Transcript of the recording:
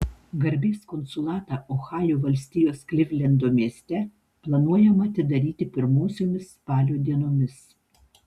garbės konsulatą ohajo valstijos klivlendo mieste planuojama atidaryti pirmosiomis spalio dienomis